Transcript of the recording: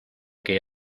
que